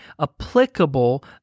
applicable